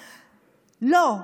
לא,